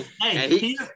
Hey